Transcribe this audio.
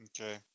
Okay